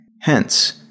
Hence